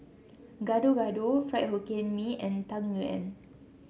Gado Gado Fried Hokkien Mee and Tang Yuen